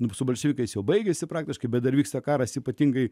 mūsų balsiukais jau baigiasi praktiškai bet dar vyksta karas ypatingai